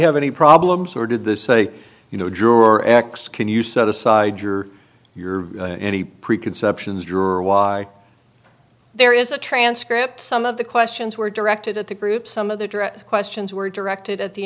have any problems or did this say you know juror x can you set aside your your any preconceptions doura why there is a transcript some of the questions were directed at the group some of their direct questions were directed at the